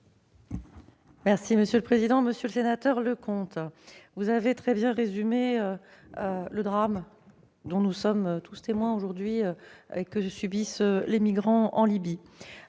est à Mme la ministre. Monsieur Leconte, vous avez très bien résumé le drame dont nous sommes tous témoins aujourd'hui et que subissent les migrants en Libye.